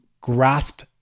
grasp